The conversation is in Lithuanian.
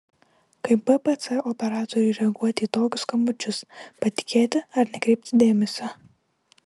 kaip bpc operatoriui reaguoti į tokius skambučius patikėti ar nekreipti dėmesio